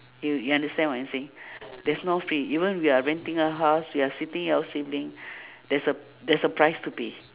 you you understand what I'm saying there's no free even if you're renting a house you're staying with your sibling there's a there's a price to pay